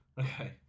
Okay